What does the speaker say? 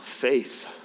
faith